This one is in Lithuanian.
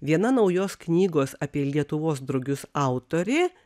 viena naujos knygos apie lietuvos drugius autorė